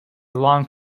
long